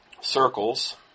circles